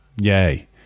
Yay